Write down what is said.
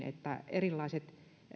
että